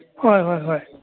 ꯍꯣꯏ ꯍꯣꯏ ꯍꯣꯏ